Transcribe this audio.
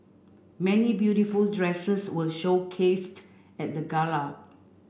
many beautiful dresses were showcased at the gala